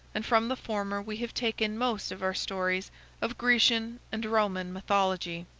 and from the former we have taken most of our stories of grecian and roman mythology.